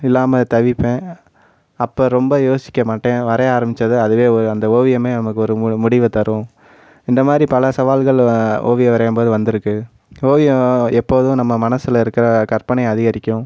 இல்லாமல் தவிர்ப்பேன் அப்போ ரொம்ப யோசிக்க மாட்டேன் வரைய ஆரம்மிச்சது அதுவே அந்த ஓவியமே நமக்கு ஒரு மு முடிவை தரும் இந்தமாதிரி பல சவால்களில் ஓவியம் வரையும்போது வந்துருக்குது ஓவியம் எப்போதும் நம்ம மனசில் இருக்கிற கற்பனை அதிகரிக்கும்